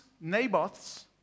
Naboth's